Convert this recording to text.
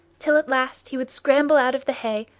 till at last he would scramble out of the hay,